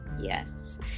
Yes